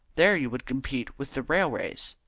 there you would compete with the railways.